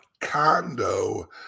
condo